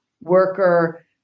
worker